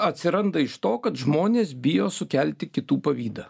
atsiranda iš to kad žmonės bijo sukelti kitų pavydą